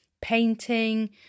painting